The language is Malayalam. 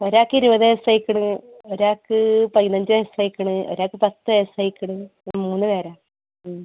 ഒരാക്കിരുപത് വയസായേക്കണ് ഒരാൾക്ക് പതിനഞ്ച് വയസായേക്കണ് ഒരാൾക്ക് പത്ത് വയസായേക്കണ് മൂന്ന് പേരാണ്